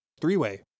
three-way